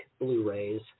Blu-rays